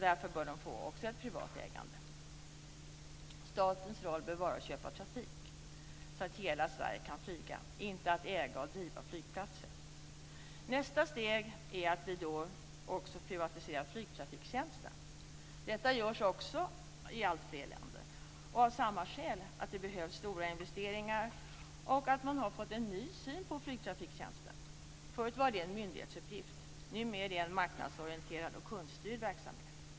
Därför bör också de få ett privat ägande. Statens roll bör vara att köpa trafik så att hela Sverige kan flyga, inte att äga och driva flygplatser. Nästa steg är att vi också privatiserar flygtrafiktjänsten. Detta görs också i alltfler länder och av samma skäl, nämligen att det behövs stora investeringar och att man har fått en ny syn på flygtrafiktjänsten. Förut var det en myndighetsuppgift; numera är det en marknadsorienterad och kundstyrd verksamhet.